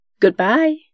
Goodbye